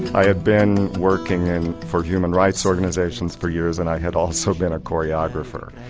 i had been working for human rights organisations for years and i had also been a choreographer.